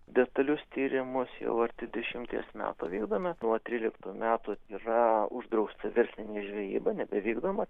detalius tyrimus jau arti dešimties metų vykdome nuo tryliktų metų yra uždrausta verslinė žvejyba nebevykdoma